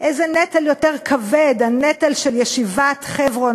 איזה נטל יותר כבד: הנטל של ישיבת "חברון"